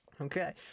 okay